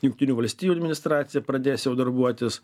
jungtinių valstijų administracija pradės jau darbuotis